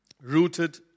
Rooted